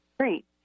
Great